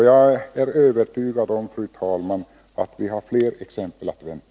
Jag är, fru talman, övertygad om att vi har fler exempel att vänta.